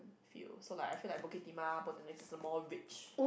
feel so like I feel like Bukit-Timah Botanist mall rich